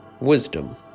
Wisdom